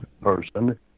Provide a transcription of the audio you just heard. person